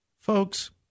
Folks